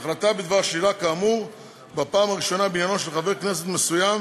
החלטה בדבר שלילה כאמור בפעם הראשונה בעניינו של חבר כנסת מסוים